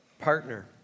Partner